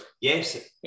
Yes